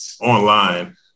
online